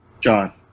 John